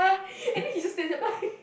and then he just stands there bye